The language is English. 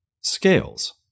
Scales